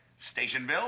Stationville